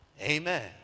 Amen